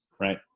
right